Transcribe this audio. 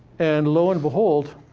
and lo and behold,